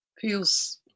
Feels